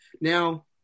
Now